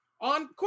on